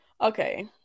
Okay